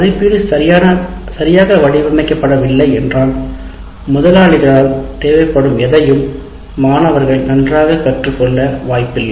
மதிப்பீடு சரியாக வடிவமைக்கப்படவில்லை என்றால் முதலாளிகளால் தேவைப்படும் எதையும் மாணவர்கள் நன்றாகக் கற்றுக்கொள்ள வாய்ப்பில்லை